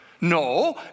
No